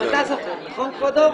גם אתה זוכר, נכון כבודו?